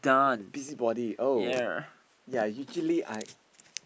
busybody oh ya usually I